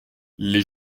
les